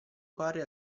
pare